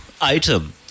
Item